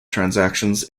transactions